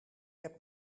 heb